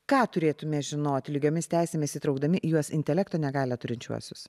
ką turėtume žinoti lygiomis teisėmis įtraukdami į juos intelekto negalią turinčiuosius